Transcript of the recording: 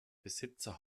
besitzer